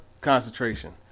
concentration